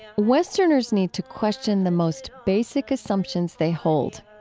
westerners need to question the most basic assumptions they hold.